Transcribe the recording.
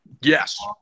yes